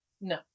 No